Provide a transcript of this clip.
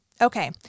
Okay